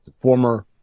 former